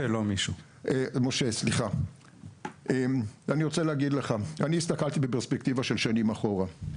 אני רוצה להגיד לך שאני הסתכלתי בפרספקטיבה של שנים אחורה,